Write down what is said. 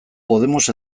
podemos